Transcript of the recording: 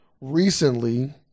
recently